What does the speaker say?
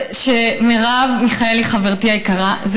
יש לי תחושה שתהיי הדוברת היחידה, אז